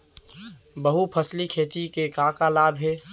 बहुफसली खेती के का का लाभ हे?